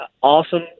awesome